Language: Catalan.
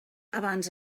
abans